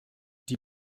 die